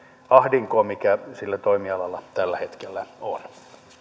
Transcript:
ahdinkoon mikä sillä toimialalla tällä hetkellä on